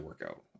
workout